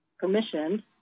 permission